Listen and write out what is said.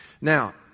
Now